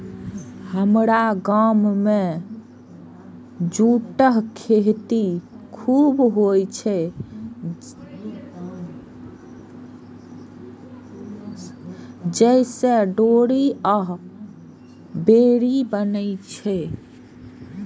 हमरा गाम मे जूटक खेती खूब होइ छै, जइसे डोरी आ बोरी बनै छै